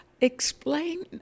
Explain